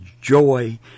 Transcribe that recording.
joy